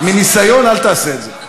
מניסיון, אל תעשה את זה.